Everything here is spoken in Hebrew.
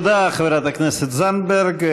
תודה, חברת הכנסת זנדברג.